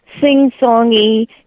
sing-songy